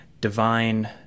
divine